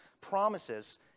promises